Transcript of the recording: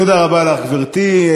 תודה רבה לך, גברתי.